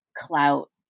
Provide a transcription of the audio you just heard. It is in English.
clout